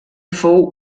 fou